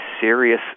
serious